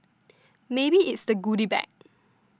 maybe it's the goody bag